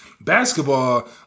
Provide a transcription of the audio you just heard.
Basketball